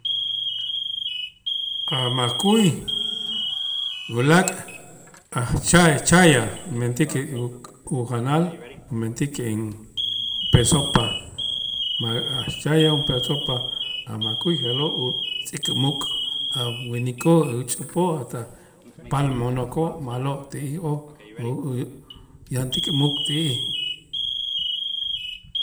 A' makuy ulaak' ajchay chaya mentikej u- ujanal umentik junp'ee sopa aj chaya junp'ee sopa a' makuy je'lo' utz'ik muk' a' winikoo' ixch'upoo' hasta paal mo'nokoo' ma'lo' ti'ijoo' u- u yantik muk ti'ij.